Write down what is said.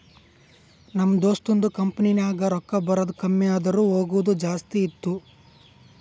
ನಮ್ ದೋಸ್ತದು ಕಂಪನಿನಾಗ್ ರೊಕ್ಕಾ ಬರದ್ ಕಮ್ಮಿ ಆದೂರ್ ಹೋಗದೆ ಜಾಸ್ತಿ ಇತ್ತು